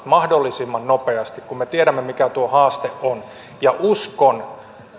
mahdollisimman nopeasti kun me tiedämme mikä tuo haaste on ja uskon